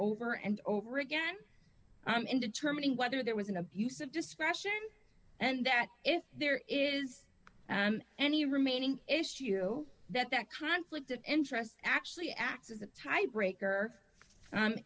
over and over again in determining whether there was an abuse of discretion and that if there is and any remaining issue that that conflict of interest actually acts as a tie breaker